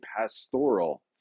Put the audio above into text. pastoral